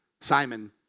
Simon